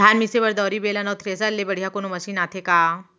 धान मिसे बर दंवरि, बेलन अऊ थ्रेसर ले बढ़िया कोनो मशीन आथे का?